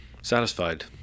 satisfied